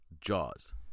Jaws